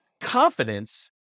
confidence